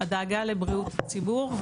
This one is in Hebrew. הדאגה לבריאות הציבור.